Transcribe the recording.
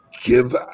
give